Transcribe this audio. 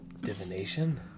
Divination